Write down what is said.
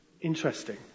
Interesting